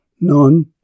none